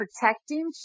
protecting